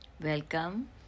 welcome